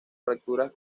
fracturas